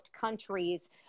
Countries